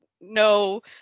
no